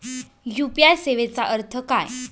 UPI सेवेचा अर्थ काय?